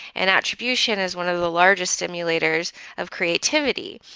and attribution is one of the largest simulators of creativity.